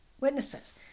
witnesses